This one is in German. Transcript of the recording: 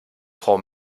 frau